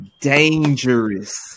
dangerous